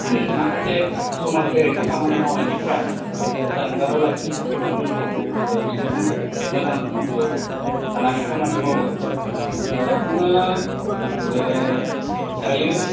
माखासे समाज बेरेखा खामानि मावनायनिफ्राय जानगाराव लाखिनो थाखाय जों बिसोरजों मोजां सोमोन्दोआव थानानै खामानि मावो जोङो दायो